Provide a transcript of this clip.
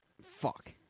Fuck